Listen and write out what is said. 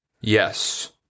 Yes